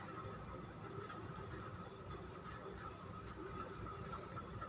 ग्रामीण क्षेत्रमे अन्नकेँ राखय लेल जे गोडाउन बनेतै एहि योजना तहत सरकार ओकरा सब्सिडी दैतै